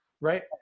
right